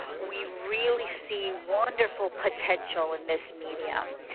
we really see wonderful potential in this medium,